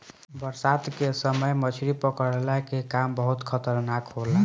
बरसात के समय मछली पकड़ला के काम बहुते खतरनाक होला